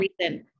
recent